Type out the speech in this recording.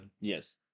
Yes